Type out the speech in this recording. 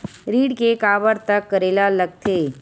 ऋण के काबर तक करेला लगथे?